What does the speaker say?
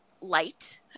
light